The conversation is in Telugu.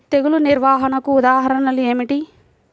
తెగులు నిర్వహణకు ఉదాహరణలు ఏమిటి?